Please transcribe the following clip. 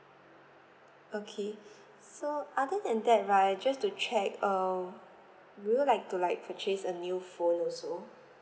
okay so other than that right just to check um would you like to like purchase a new phone also